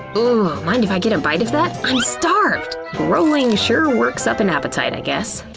ooh! mind if i get bite of that? i'm starved. rolling sure works up an appetite, i guess.